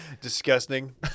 disgusting